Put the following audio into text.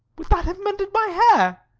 would that have mended my hair?